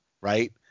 right